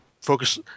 focus